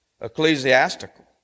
Ecclesiastical